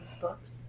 books